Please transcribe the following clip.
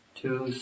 two